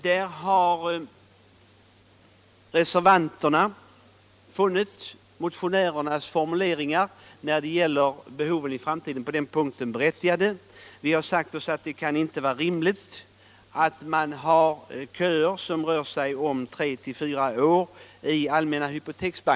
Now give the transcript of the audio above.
Där har vi reservanter funnit motionärernas formuleringar när det gäller behoven i framtiden vara berättigade. Det kan inte vara rimligt att i Allmänna Hypoteksbanken ha de köer på tre fyra år som nu är vanliga.